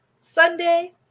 Sunday